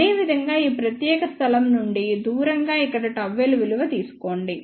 అదేవిధంగా ఈ ప్రత్యేక స్థలం నుండి దూరంగా ఇక్కడ ΓL విలువలను తీసుకోండి